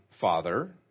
father